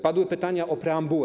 Padły pytania o preambułę.